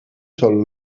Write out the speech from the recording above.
sol